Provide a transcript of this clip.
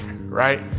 right